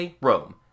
Rome